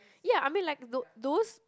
ya I mean like those those